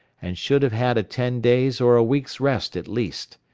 and should have had a ten days' or a week's rest at least.